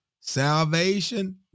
salvation